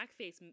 blackface